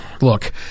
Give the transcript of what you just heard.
Look